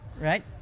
Right